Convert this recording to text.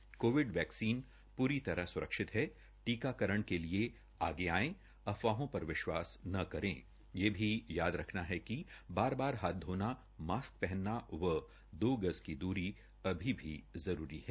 Covid vaccine पूरी तरह स्रक्षित है टीकाकरण के लिए आगे आएं अफवाहों पर विश्वास न करे यह भी याद रखना है कि बार बार हाथ धोना मास्क पहनना व दो गज की दूरी अभी भी जरूरी है